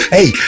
Hey